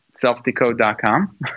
selfdecode.com